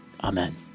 Amen